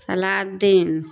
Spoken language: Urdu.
صلاح الدین